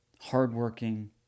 hardworking